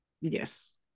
yes